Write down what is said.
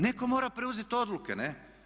Netko mora preuzet odluke, ne?